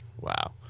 Wow